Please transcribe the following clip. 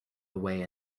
away